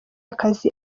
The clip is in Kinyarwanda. akazi